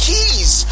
Keys